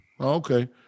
Okay